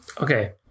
Okay